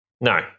No